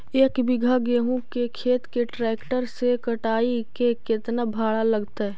एक बिघा गेहूं के खेत के ट्रैक्टर से कटाई के केतना भाड़ा लगतै?